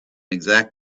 exact